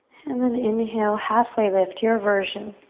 and then inhale, halfway lift, your version.